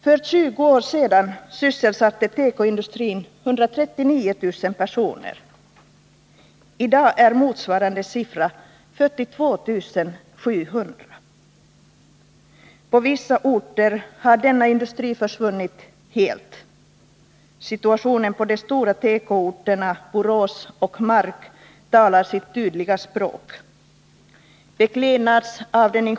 För 20 år sedan sysselsatte tekoindustrin 139 000 personer. I dag är motsvarande siffra 42 700. På vissa orter har denna industri helt försvunnit. Situationen på de stora tekoorterna Borås och Mark talar sitt tydliga språk. Beklädnads avd.